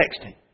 texting